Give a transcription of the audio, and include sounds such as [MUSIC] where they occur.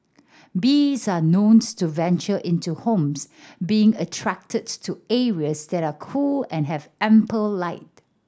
bees are known [UNINTELLIGIBLE] to venture into homes being attracted to areas that are cool and have ample light